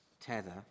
tether